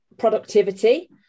Productivity